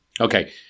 Okay